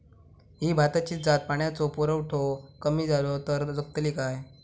ही भाताची जात पाण्याचो पुरवठो कमी जलो तर जगतली काय?